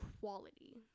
quality